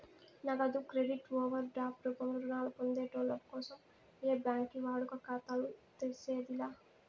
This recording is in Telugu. నగదు క్రెడిట్ ఓవర్ డ్రాప్ రూపంలో రుణాలు పొందేటోళ్ళ కోసం ఏ బ్యాంకి వాడుక ఖాతాలు తెర్సేది లా